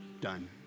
done